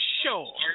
sure